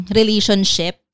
relationship